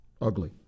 ugly